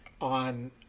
on